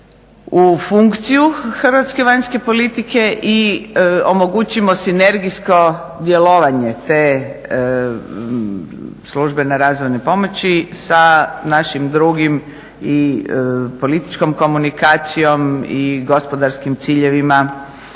u funkciju Hrvatske vanjske politike i omogućimo sinergijsko djelovanje te službene razvojne pomoći sa našim drugim i političkom komunikacijom i gospodarskim ciljevima